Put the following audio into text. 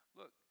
look